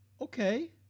okay